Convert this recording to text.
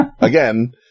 again